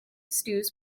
stews